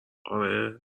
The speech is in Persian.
آره